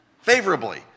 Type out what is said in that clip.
favorably